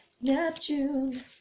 Neptune